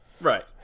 Right